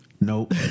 Nope